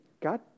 God